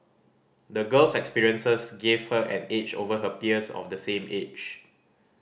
the girl's experiences gave her an edge over her peers of the same age